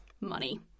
money